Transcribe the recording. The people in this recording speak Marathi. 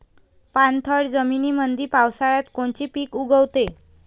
पाणथळ जमीनीमंदी पावसाळ्यात कोनचे पिक उगवते?